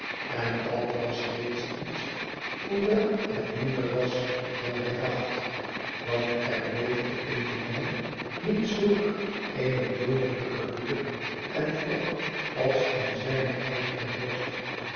en dat was reeds iets hoewel het minder was dan hij dacht want er leefae in dien man niet zulk eene doodelijke woede en wrok als in zijne eigene borst